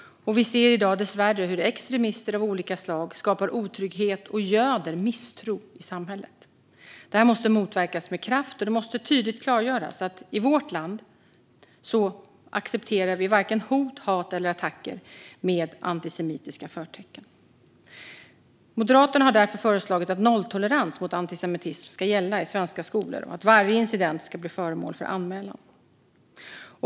Vi ser i dag dessvärre hur extremister av olika slag skapar otrygghet och göder misstro i samhället. Detta måste motverkas med kraft, och det måste tydligt klargöras att vi i vårt land inte accepterar vare sig hot, hat eller attacker med antisemitiska förtecken. Moderaterna har därför föreslagit att nolltolerans mot antisemitism ska gälla i svenska skolor och att varje incident ska bli föremål för anmälan.